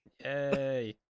Yay